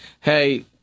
Hey